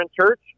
church